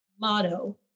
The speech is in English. motto